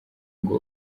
ngo